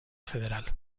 federal